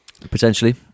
Potentially